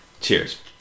Cheers